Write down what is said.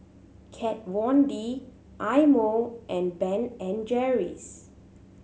Kat Von D Eye Mo and Ben and Jerry's